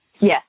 Yes